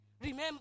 Remember